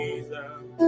Jesus